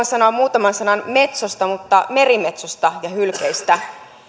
sanoa muutaman sanan merimetsosta ja hylkeistä